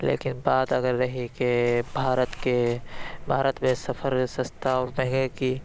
لیکن بات اگر رہی کہ بھارت کے بھارت میں سفر سَستا کہ